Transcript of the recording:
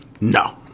No